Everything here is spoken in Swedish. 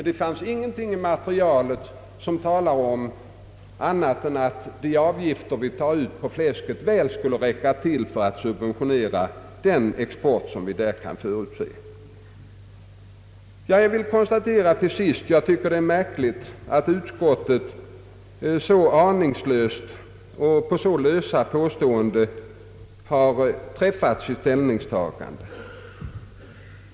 Det finns ingenting i materialet som talar om annat än att de avgifter vi tar ut på fläsket väl skulle räcka till för att subventionera den fläskexport som vi kan förutse. Jag finner det märkligt att utskottet så aningslöst och på så lösa grunder har tagit ståndpunkt.